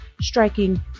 striking